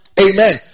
Amen